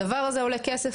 הדבר הזה עולה כסף,